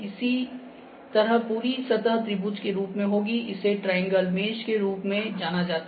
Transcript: इसी तरह पूरी सतह त्रिभुज के रूप में होगी इसे ट्रायंगल मेश के रूप में जाना जाता है